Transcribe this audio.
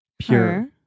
Pure